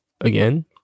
again